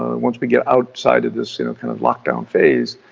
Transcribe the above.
ah once we get outside of this you know kind of lockdown phase,